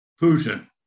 Putin